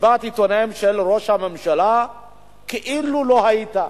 מסיבת העיתונאים של ראש הממשלה כאילו לא היתה.